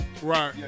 Right